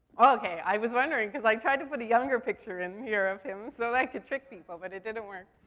okay. i was wondering, cause i tried to put a younger picture in here of him, so that i could trick people, but it didn't work.